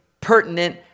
Pertinent